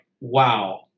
wow